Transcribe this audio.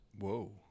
Whoa